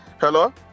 Hello